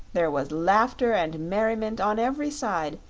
there was laughter and merriment on every side,